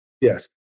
Yes